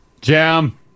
Jam